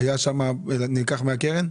זה נלקח מהקרן?